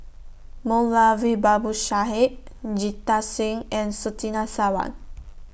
Moulavi Babu Sahib Jita Singh and Surtini Sarwan